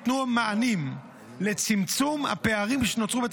ניתנו מענים לצמצום הפערים שנוצרו בעת